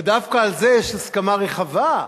ודווקא על זה יש הסכמה רחבה,